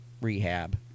rehab